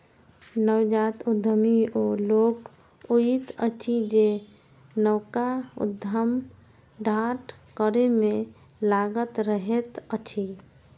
नवजात उद्यमी ओ लोक होइत अछि जे नवका उद्यम ठाढ़ करै मे लागल रहैत अछि